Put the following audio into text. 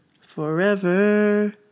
Forever